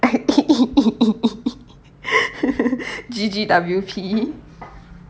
G_G W_P